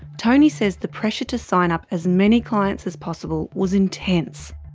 tony says the pressure to sign up as many clients as possible was intense.